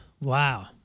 Wow